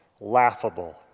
laughable